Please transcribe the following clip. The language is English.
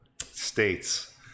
states